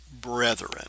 brethren